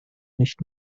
nicht